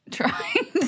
trying